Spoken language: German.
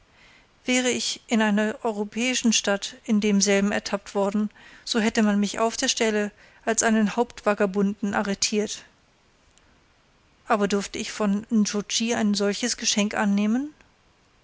wäre ich in einer europäischen stadt in demselben ertappt worden so hätte man mich auf der stelle als einen hauptvagabunden arretiert aber durfte ich von nscho tschi ein solches geschenk annehmen